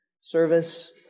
service